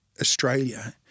Australia